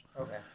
Okay